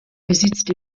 besitzt